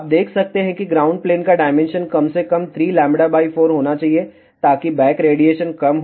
आप देख सकते हैं कि ग्राउंड प्लेन का डायमेंशन कम से कम 3λ 4 होना चाहिए ताकि बैक रेडिएशन कम हो